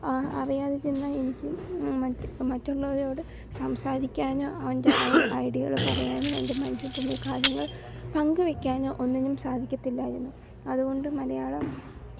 അറിയാതെ ചെന്ന എനിക്കും മറ്റ് മറ്റുള്ളവരോട് സംസാരിക്കാനോ അവൻ്റെ ഐഡിയകൾ പറയാനോ എൻ്റെ മനസ്സിൽ തോന്നിയ കാര്യങ്ങൾ പങ്കു വയ്ക്കാനോ ഒന്നിനും സാധിക്കത്തില്ലായിരുന്നു അതുകൊണ്ട് മലയാളം